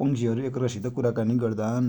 पन्छि हरु एक अर्का सित कुराकानि गर्दान ।